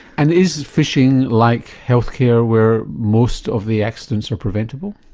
and is fishing like health care where most of the accidents are preventable?